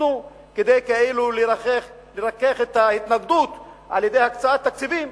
שניתנו כדי כאילו לרכך את ההתנגדות על-ידי הקצאת תקציבים,